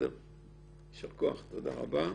יישר כוח, תודה רבה.